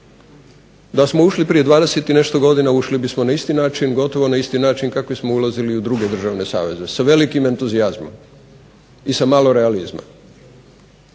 Da smo ušli prije 20 i nešto godina ušli bismo na isti način, gotovo na isti način kako smo ulazili u druge državne saveze, s velikim entuzijazmom i sa malo realizma,